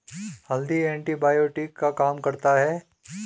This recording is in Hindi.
हल्दी एंटीबायोटिक का काम करता है